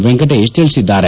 ವೆಂಕಟೇಶ್ ತಿಳಿಸಿದ್ದಾರೆ